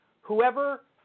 whoever